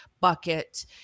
Bucket